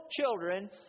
children